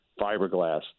fiberglass